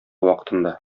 вакытында